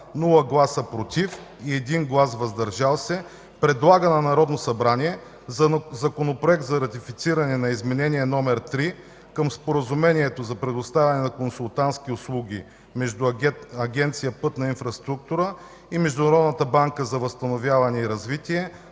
без „против” и 1 – „въздържал се”, предлага на Народното събрание Законопроект за ратифициране на Изменение № 3 към Споразумението за предоставяне на консултантски услуги между Агенция „Пътна инфраструктура” и Международната банка за възстановяване и развитие,